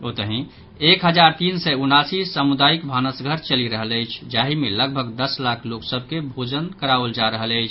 ओतहि एक हजार तीन सय उनासी समुदायिक भानस घर चलि रहल अछि जाहि मे लगभग दस लाख लोक सभ के भोजन कराओल जा रहल अछि